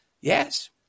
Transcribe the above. yes